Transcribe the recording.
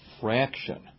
fraction